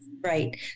Right